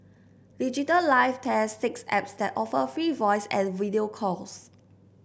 Digital Life tests six apps that offer free voice and video calls